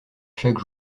chaque